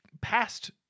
past